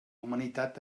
humanitat